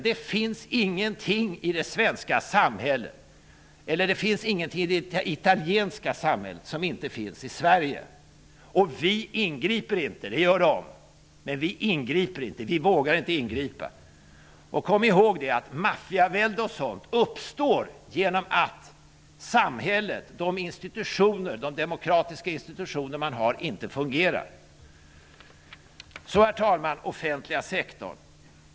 Det finns ingenting i det italienska samhället som inte finns i Sverige. De ingriper, men det gör inte vi. Vi vågar inte ingripa. Kom ihåg att maffiavälden uppstår genom att samhället, dvs. de demokratiska institutioner man har, inte fungerar! Herr talman!